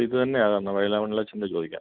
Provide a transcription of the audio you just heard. ഇത് തന്നെയാണ് വയലമണ്ണിലച്ഛൻ്റെ ചോദിക്കാം